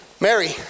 Mary